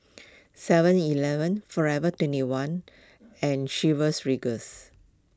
Seven Eleven forever twenty one and Chivas Regal's